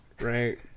right